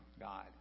God